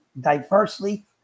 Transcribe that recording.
diversely